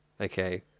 Okay